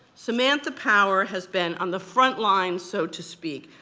samantha power has been on the front lines, so to speak,